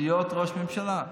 להיות ראש ממשלה?